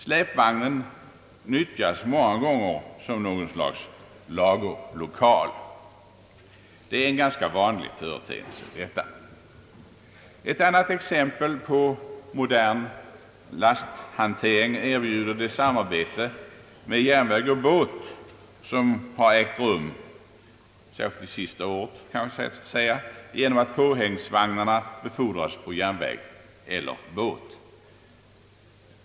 Släpvagnen nyttjas många gånger som något slags lagerlokal — det är en ganska vanlig företeelse. Ett annat exempel på modern lasthantering erbjuder det samarbete med järn väg och båt som har ägt rum särskilt under det senaste året genom att släpoch påhängsvagnarna befordras på järnväg eller båt.